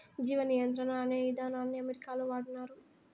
జీవ నియంత్రణ అనే ఇదానాన్ని అమెరికాలో వాడినారు